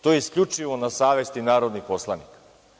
To je isključivo na savesti narodnih poslanika.